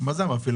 ככל האפשר,